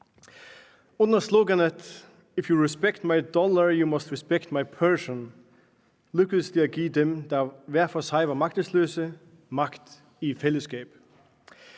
Under sloganet »If You Respect My Dollar, You Must Respect My Person« lykkedes det at give dem, der hver for sig var magtesløse, magt i fællesskab.